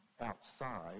outside